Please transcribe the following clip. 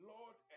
Lord